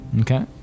Okay